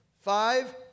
Five